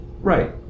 Right